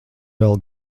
vēl